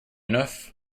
enough